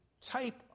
type